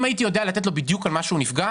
אם הייתי יודע לתת לו בדיוק על מה שהוא נפגע,